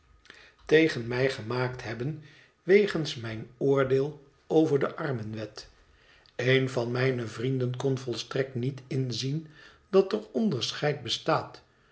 tegen mij gemaakt hebben wegens mijn oordeel over de armenwet een van mijne vrienden kon volstrekt niet inzien dat er onderscheid bestaat